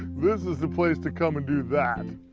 this is the place to come and do that.